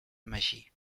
magí